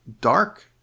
dark